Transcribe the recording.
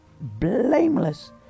blameless